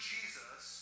Jesus